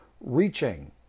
reaching